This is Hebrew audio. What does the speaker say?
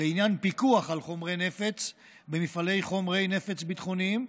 לעניין פיקוח על חומרי נפץ במפעלי חומרי נפץ ביטחוניים,